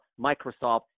Microsoft